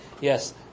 Yes